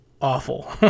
awful